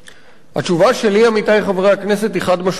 התשובה שלי, עמיתי חברי הכנסת, היא חד-משמעית לא.